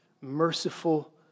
merciful